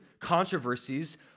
controversies